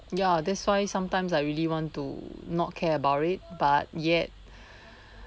ya that's why sometimes I really want to not care about it but yet